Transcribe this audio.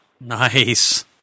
nice